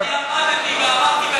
אני עמדתי ואמרתי,